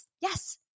Yes